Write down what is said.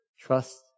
trust